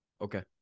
okay